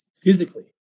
Physically